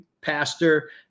pastor